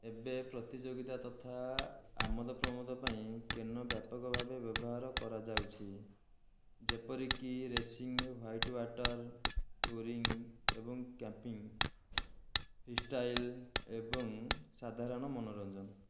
ଏବେ ପ୍ରତିଯୋଗିତା ତଥା ଆମୋଦ ପ୍ରମୋଦ ପାଇଁ କେନୋ ବ୍ୟାପକ ଭାବେ ବ୍ୟବହାର କରାଯାଉଛି ଯେପରିକି ରେସିଂ ହ୍ୱାଇଟୱାଟର ଟୁରିଂ ଏବଂ କ୍ୟାମ୍ପିଂ ଫ୍ରି ଷ୍ଟାଇଲ ଏବଂ ସାଧାରଣ ମନୋରଞ୍ଜନ